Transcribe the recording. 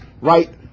right